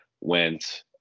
went